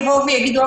יבואו ויגידו,